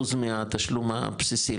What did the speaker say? מהאחוז מהתשלום הבסיסי,